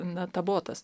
na tabotas